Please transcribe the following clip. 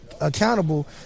accountable